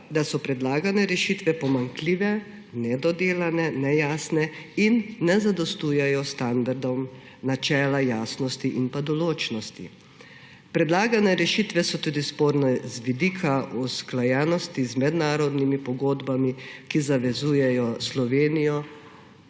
da so predlagane rešitve pomanjkljive, nedodelane, nejasne in ne zadostujejo standardu načela jasnosti in pa določnosti. »Predlagane rešitve so tudi sporne z vidika usklajenosti z mednarodnimi pogodbami, ki zavezujejo Slovenijo,«